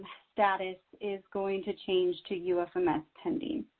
status is going to change to ufms pending.